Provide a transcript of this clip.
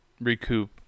recoup